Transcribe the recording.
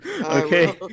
Okay